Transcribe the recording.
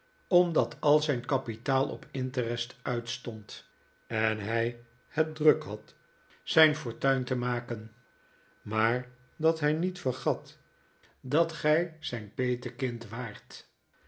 omdat al zijn kapitaal op interest uitstond en hij het druk had zijn fortuin te maken maar dat hij niet vergat dat gij zijn petekind waart